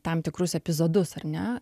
tam tikrus epizodus ar ne